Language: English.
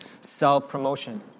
self-promotion